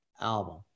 album